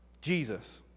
Jesus